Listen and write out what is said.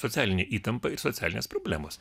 socialinė įtampa ir socialinės problemos